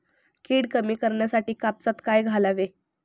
कीड कमी करण्यासाठी कापसात काय घालावे?